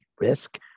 risk